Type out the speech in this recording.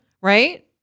Right